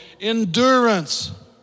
endurance